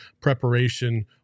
preparation